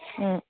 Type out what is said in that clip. ꯎꯝ